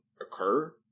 occur